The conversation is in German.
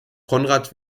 konrad